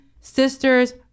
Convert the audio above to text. sisters